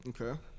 Okay